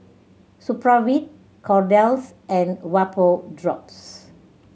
Supravit Kordel's and Vapodrops